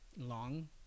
long